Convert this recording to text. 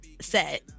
set